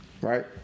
Right